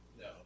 No